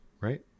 right